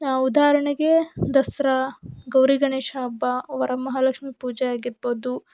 ಉದಾಹರಣೆಗೆ ದಸರಾ ಗೌರಿ ಗಣೇಶ ಹಬ್ಬ ವರಮಹಾಲಕ್ಷ್ಮಿ ಪೂಜೆ ಆಗಿರ್ಬೋದು